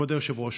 כבוד היושב-ראש,